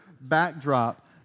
backdrop